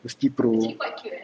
mesti pro